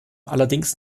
allerdings